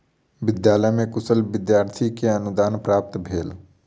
विद्यालय में कुशल विद्यार्थी के अनुदान प्राप्त भेल